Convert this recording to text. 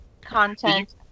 content